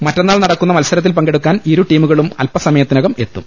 മറ്റന്നാൾ നടക്കുന്ന മത്സരത്തിൽ പങ്കെടു ക്കാൻ ഇരുടീമുകളും അൽപ്പസമയത്തിനകം എത്തും